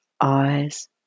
eyes